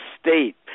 state